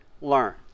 learn